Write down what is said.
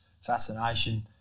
fascination